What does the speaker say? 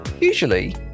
Usually